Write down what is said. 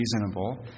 reasonable